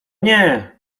nie